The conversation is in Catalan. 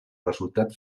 resultat